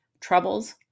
troubles